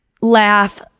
laugh